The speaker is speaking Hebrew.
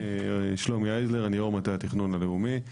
שלומי הייזלר, אני יו"ר מטה התכנון הלאומי.